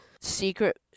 secret